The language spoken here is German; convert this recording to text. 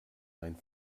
mein